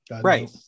right